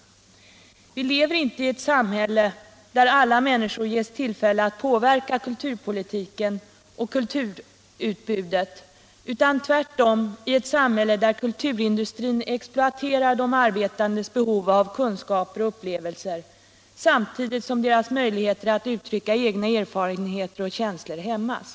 Vi lever inte i ett samhälle där alla människor ges tillfälle att påverka kulturpolitken och kulturutbudet utan tvärtom i ett samhälle där kulturindustrin exploaterar de arbetandes behov av kunskaper och upplevelser samtidigt som deras möjligheter att uttrycka egna erfarenheter och känslor hämmas.